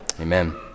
Amen